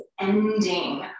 ending